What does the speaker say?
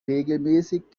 regelmäßig